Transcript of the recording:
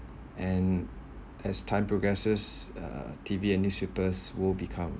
and as time progresses uh T_V and newspapers would become